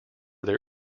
their